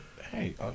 Hey